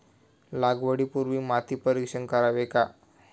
लागवडी पूर्वी माती परीक्षण करावे का?